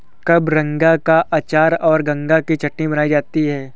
कबरंगा का अचार और गंगा की चटनी बनाई जाती है